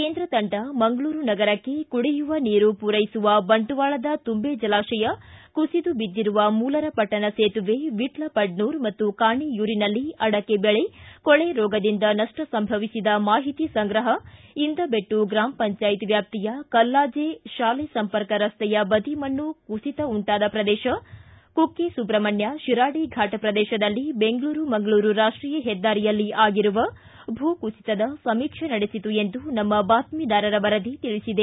ಕೇಂದ್ರ ತಂಡ ಮಂಗಳೂರು ನಗರಕ್ಕೆ ಕುಡಿಯುವ ನೀರು ಪೂರೈಸುವ ಬಂಟ್ವಾಳದ ತುಂಬೆ ಜಲಾಶಯ ಕುಸಿದು ಬಿದ್ದಿರುವ ಮೂಲರಪಟ್ಟಣ ಸೇತುವ ವಿಟ್ಟಪಡ್ನೂರ್ ಮತ್ತು ಕಾಣಿಯೂರಿನಲ್ಲಿ ಅಡಕೆ ಬೆಳೆ ಕೊಳೆ ರೋಗದಿಂದ ನಪ್ಪ ಸಂಭವಿಸಿದ ಮಾಹಿತಿ ಸಂಗ್ರಹ ಇಂದಬೆಟ್ಟು ಗ್ರಾಮ ಪಂಚಾಯತ್ ವ್ಯಾಪ್ತಿಯ ಕಲ್ಲಾಜೆ ಶಾಲೆ ಸಂಪರ್ಕ ರಸ್ತೆಯ ಬದಿ ಮಣ್ಣು ಕುಸಿತ ಉಂಟಾದ ಪ್ರದೇಶ ಕುಕ್ಕೆ ಸುಬ್ರಹ್ಮಣ್ಯ ಶಿರಾಡಿ ಫಾಟ್ ಪ್ರದೇಶದಲ್ಲಿ ಬೆಂಗಳೂರು ಮಂಗಳೂರು ರಾಷ್ಟೀಯ ಹೆದ್ದಾರಿಯಲ್ಲಿ ಆಗಿರುವ ಭೂಕುಸಿತದ ಸಮೀಕ್ಷೆ ನಡೆಸಿತು ಎಂದು ನಮ್ಮ ಬಾತ್ಮಿದಾರರ ವರದಿ ತಿಳಿಸಿದೆ